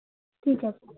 ठीक है